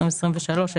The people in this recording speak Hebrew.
2025,